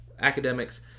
academics